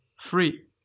free